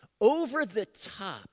over-the-top